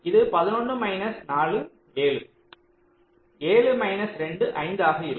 இது 11 minus 4 7 7 minus 2 5 ஆக இருக்கும்